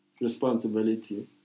responsibility